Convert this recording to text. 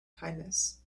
kindness